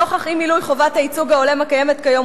נוכח אי-מילוי חובת הייצוג ההולם הקיימת כיום,